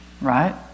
right